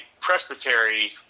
presbytery